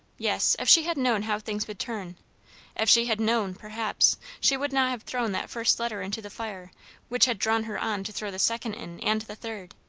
yes, if she had known how things would turn if she had known perhaps, she would not have thrown that first letter into the fire which had drawn her on to throw the second in, and the third.